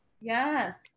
yes